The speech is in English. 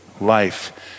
life